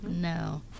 No